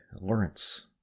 lawrence